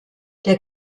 der